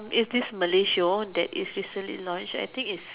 it's this Malay show that it's recently launched I think it's